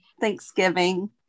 Thanksgiving